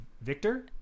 victor